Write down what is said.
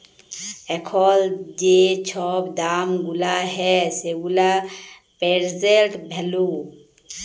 এখল যে ছব দাম গুলা হ্যয় সেগুলা পের্জেল্ট ভ্যালু